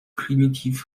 primitiv